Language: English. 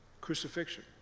crucifixion